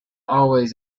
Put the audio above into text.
always